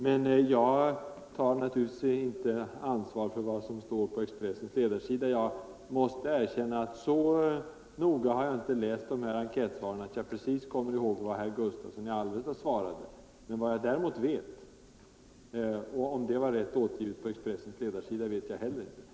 Men jag tar naturligtvis inte ansvar för vad som står på Expressens ledarsida. Jag måste erkänna att så noga har jag inte läst de här enkätsvaren att jag precis kommer ihåg vad herr Gustavsson i Alvesta svarade. Om det var rätt återgivet på Expressens ledarsida vet jag heller inte.